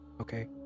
okay